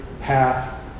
path